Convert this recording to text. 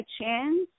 chance